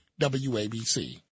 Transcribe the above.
WABC